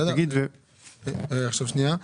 עכשיו שנייה,